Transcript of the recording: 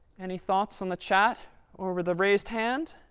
any thoughts on the chat or with a raised hand?